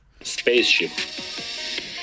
Spaceship